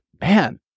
man